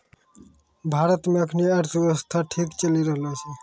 भारत मे एखनी अर्थव्यवस्था ठीक चली रहलो छै